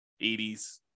80s